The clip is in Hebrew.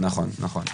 נכון, נכון.